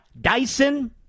Dyson